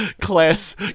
class